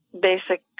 basic